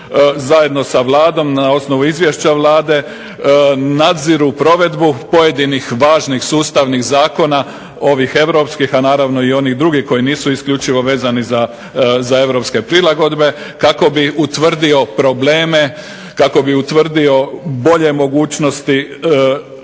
zajedno sa Vladom na osnovu izvješća Vlade nadziru provedbu pojedinih važnih sustavnih zakona ovih europskih, a naravno i onih drugih koji nisu isključivo vezani za europske prilagodbe, kako bi utvrdio probleme, kako bi utvrdio bolje mogućnosti